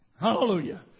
Hallelujah